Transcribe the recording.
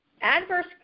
adverse